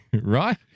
Right